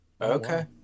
Okay